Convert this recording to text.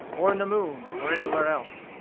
or in the moon, or anywhere else.